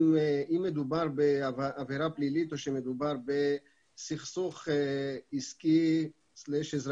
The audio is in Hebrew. אם מדובר בעבירה פלילית או מדובר בסכסוך עסקי/אזרחי.